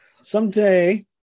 Someday